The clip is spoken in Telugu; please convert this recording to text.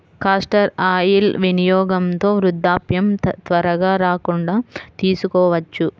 కాస్టర్ ఆయిల్ వినియోగంతో వృద్ధాప్యం త్వరగా రాకుండా చూసుకోవచ్చు